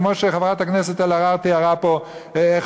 כמו שחברת הכנסת אלהרר תיארה פה איך